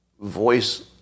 voice